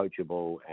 coachable